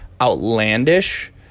outlandish